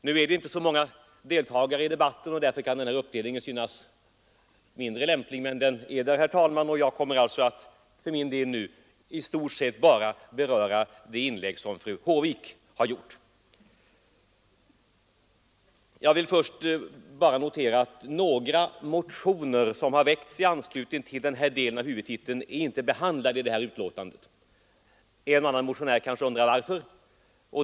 Nu är det ju inte så många deltagare i debatten och därför kan den här uppdelningen synas mindre lämplig, men den är redan gjord, och jag kommer alltså att i stort sett bara beröra fru Håviks inlägg. Jag vill först bara notera att några motioner som väckts i anslutning till denna del av huvudtiteln inte är behandlade i betänkandet. En och annan motionär kanske undrar varför.